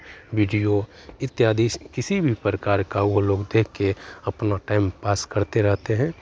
video इत्यादि किसी भी प्रकार का वह लोग देखकर अपना टाइमपास करते रहते हैं